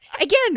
Again